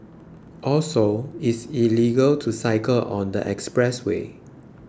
also it's illegal to cycle on the expressway